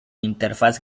interfaz